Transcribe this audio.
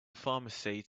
pharmacy